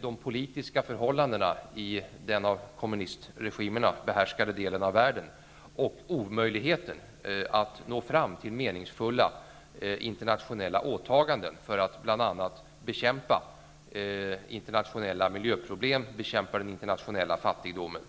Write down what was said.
de politiska förhållandena i den av kommunistregimerna behärskade delen av världen och omöjligheten att nå fram till meningsfulla internationella åtaganden för att bl.a. bekämpa internationella miljöproblem och den internationella fattigdomen.